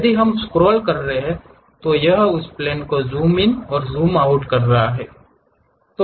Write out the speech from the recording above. यदि हम इसे स्क्रॉल कर रहे हैं तो यह उस प्लेन पर जूम करता है या उस प्लेन से बाहर जूम करता है